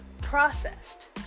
processed